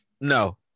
No